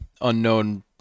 unknown